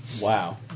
Wow